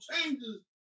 changes